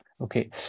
okay